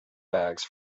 bags